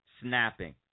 snapping